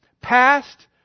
Past